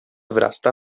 wrasta